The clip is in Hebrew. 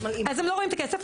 אז הם לא רואים את הכסף.